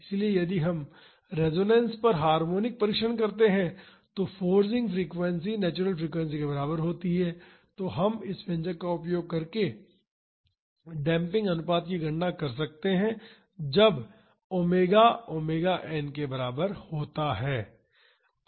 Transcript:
इसलिए यदि हम रेसोनेंस पर हार्मोनिक परीक्षण करते हैं तो फोर्सिंग फ्रीक्वेंसी नेचुरल फ्रीक्वेंसी के बराबर होती है तो हम इस व्यंजक का उपयोग करके डेम्पिंग अनुपात की गणना कर सकते हैं जब ओमेगा ओमेगा एन के बराबर होता है